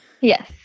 Yes